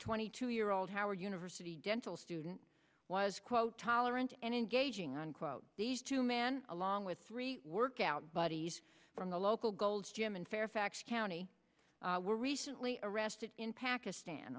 twenty two year old howard university dental student was quote tolerant and engaging unquote these two men along with three workout buddies from the local gold's gym in fairfax county were recently arrested in pakistan